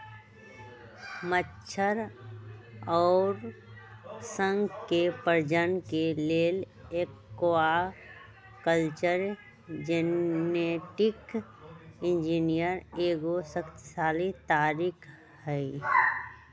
मछर अउर शंख के प्रजनन के लेल एक्वाकल्चर जेनेटिक इंजीनियरिंग एगो शक्तिशाली तरीका हई